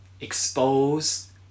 expose